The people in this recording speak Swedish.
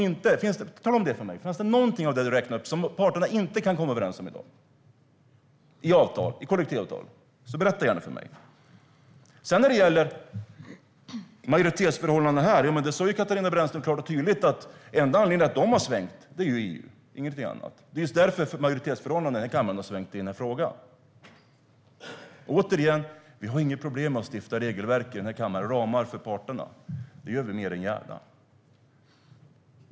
Är det någonting av det du räknade upp som parterna inte kan komma överens om i dag i avtal, i kollektivavtal? Tala om det för mig! När det gäller majoritetsförhållandena här sa Katarina Brännström klart och tydligt att den enda anledningen till att de har svängt är EU, ingenting annat. Det är just därför majoritetsförhållandet här i kammaren har svängt i den här frågan. Vi har inga problem med att stifta regelverk eller ramar för parterna i den här kammaren. Det gör vi mer än gärna.